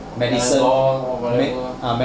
orh whatever